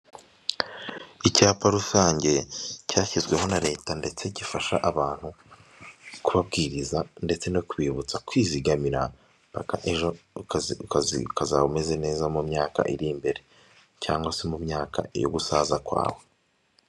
Icyapa rusange cyashyizweho na leta ndetse gifasha abantu kubabwiriza ndetse no kwibutsa kwizigamira mpaka ejo, ukazaba umeze neza mu myaka iri imbere cyangwa se mu myaka yo gusaza kwawe.